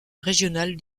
régional